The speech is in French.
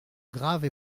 grave